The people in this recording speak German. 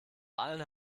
allen